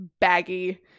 baggy